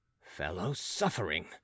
Fellow-suffering